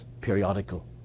periodical